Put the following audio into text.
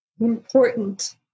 important